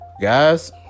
guys